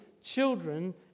children